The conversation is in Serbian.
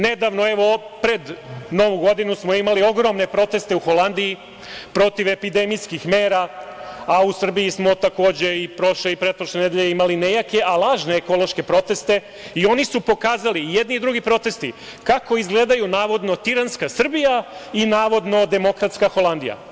Nedavno pred Novu godinu smo imali ogromne proteste u Holandiji protiv epidemijskih mera, a u Srbiji smo takođe i prošle i pretprošle nedelje imali nejake, a lažne ekološke proteste i oni su pokazali, i jedni i drugi protesti, kako izgledaju navodno tiranska Srbija i navodno demokratska Holandija.